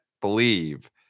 believe